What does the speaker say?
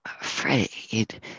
afraid